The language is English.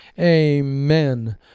amen